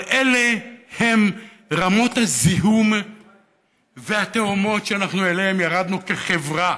אבל אלה רמות הזיהום והתהומות שאנחנו ירדנו אליהן כחברה,